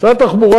משרד התחבורה,